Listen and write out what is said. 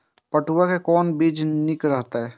पटुआ के कोन बीज निक रहैत?